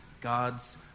God's